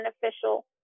beneficial